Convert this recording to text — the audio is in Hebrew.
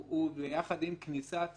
ביחד עם כניסת